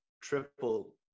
triple